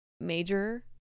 major